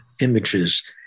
images